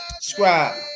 Subscribe